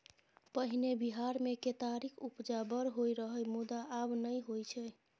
पहिने बिहार मे केतारीक उपजा बड़ होइ रहय मुदा आब नहि होइ छै